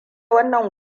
wannan